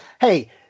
Hey